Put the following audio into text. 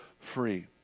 free